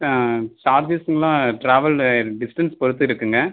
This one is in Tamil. ஆ சார்ஜஸ்லாம் ட்ராவல் டிஸ்டன்ஸ் பொறுத்து இருக்குங்க